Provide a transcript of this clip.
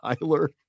Tyler